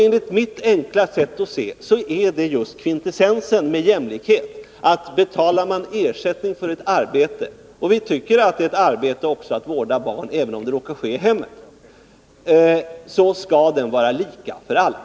Enligt mitt enkla sätt att se är det just kvintessensen av jämlikhet, att betalar man ut ersättning för ett arbete — och vi tycker att det är ett arbete att vårda barn, även om det råkar ske i hemmet — så skall den vara lika för alla.